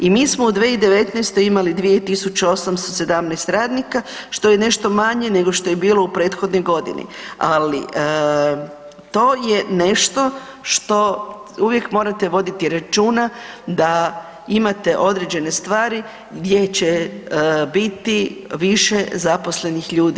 I mi smo u 2019. imali 2 817 radnika što je nešto manje nego što je bilo u prethodnoj godini ali to je nešto što uvijek morate voditi računa da imate određene stvari gdje će biti više zaposlenih ljudi.